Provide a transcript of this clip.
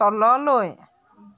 তললৈ